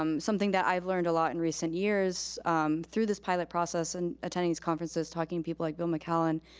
um something that i've learned a lot in recent years through this pilot process and attending these conferences, talking to people like bill mccallum,